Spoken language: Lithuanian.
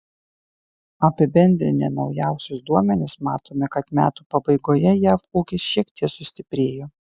apibendrinę naujausius duomenis matome kad metų pabaigoje jav ūkis šiek tiek sustiprėjo